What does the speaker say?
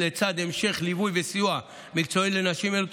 לצד המשך ליווי וסיוע מקצועי לנשים אלו,